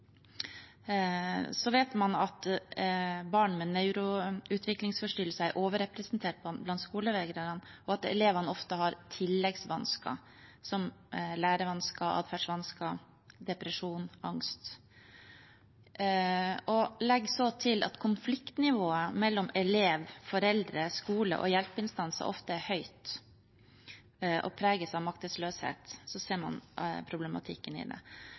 vet at barn med nevroutviklingsforstyrrelser er overrepresentert blant skolevegrerne, og at elevene ofte har tilleggsvansker, som lærevansker, adferdsvansker, depresjon og angst. Legger man til at konfliktnivået mellom elev, foreldre, skole og hjelpeinstanser ofte er høyt og preget av maktesløshet, ser man problematikken i det.